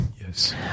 Yes